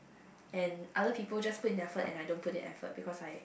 and other people just put in effort and I don't put in effort because I